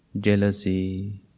jealousy